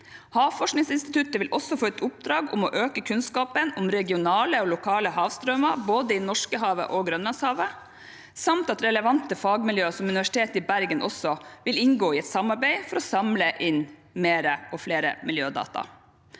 Havforskningsinstituttet vil også få et oppdrag om å øke kunnskapen om regionale og lokale havstrømmer, både i Norskehavet og i Grønlandshavet, samt at relevante fagmiljøer, som Universitetet i Bergen, også vil inngå i et samarbeid for å samle inn mer og flere miljødata.